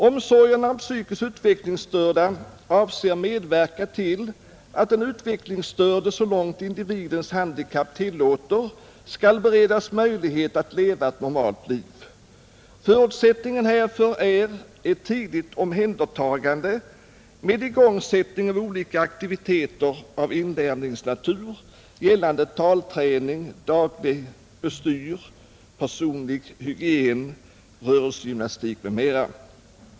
Omsorgerna om psykiskt utvecklingsstörda avser medverkan till att den utvecklingsstörde så långt individens handikapp tillåter bereds möjligheter att leva ett normalt liv. Förutsättningen härför är ett tidigt omhändertagande med igångsättning av olika aktiviteter av inlärningsnatur, gällande talträning, dagliga bestyr, personlig hygien, rörelsegymanstik m.m.